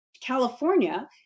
California